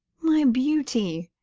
my beauty!